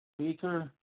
speaker